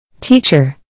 Teacher